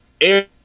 air